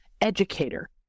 educator